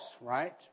right